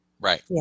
Right